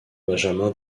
benjamin